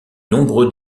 nombreux